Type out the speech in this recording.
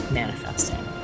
manifesting